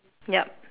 yup